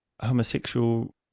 homosexual